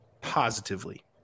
positively